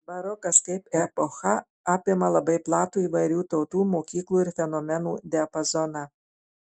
barokas kaip epocha apima labai platų įvairių tautų mokyklų ir fenomenų diapazoną